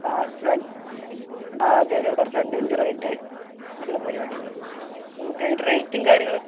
ആ ആ അതെയതെ കുറച്ച് അഡ്വഞ്ചറായിട്ട് ഉള്ള പരിപാടികൾ നമുക്ക് അതിൻ്റെ റേയ്റ്റും കാര്യങ്ങളൊക്കെ